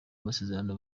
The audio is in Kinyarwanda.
amasezerano